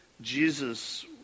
Jesus